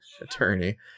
attorney